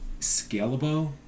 scalable